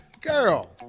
Girl